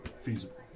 feasible